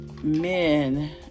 men